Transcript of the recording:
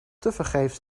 tevergeefs